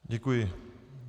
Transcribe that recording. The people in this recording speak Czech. Děkuji.